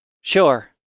Sure